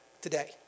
today